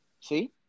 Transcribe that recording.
see